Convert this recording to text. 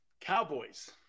Cowboys